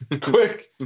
quick